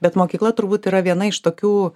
bet mokykla turbūt yra viena iš tokių